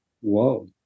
whoa